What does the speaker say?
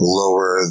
lower